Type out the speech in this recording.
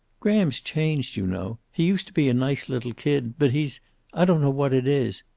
graham's changed, you know. he used to be a nice little kid. but he's i don't know what it is.